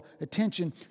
attention